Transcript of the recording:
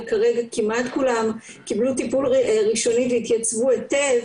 וכרגע כמעט כולם קיבלו טיפול ראשוני והתייצבו היטב,